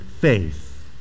faith